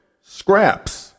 Scraps